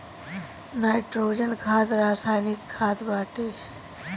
nitrogen खाद रासायनिक खाद बाटे